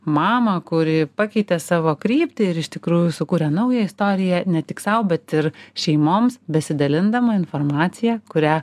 mamą kuri pakeitė savo kryptį ir iš tikrųjų sukūrė naują istoriją ne tik sau bet ir šeimoms besidalindama informacija kurią